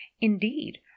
Indeed